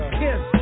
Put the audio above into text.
kiss